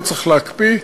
לא צריך להקפיא,